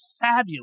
fabulous